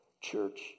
Church